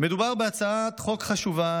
מדובר בהצעת חוק חשובה,